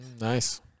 Nice